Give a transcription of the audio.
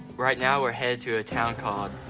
right now we're headed to a town called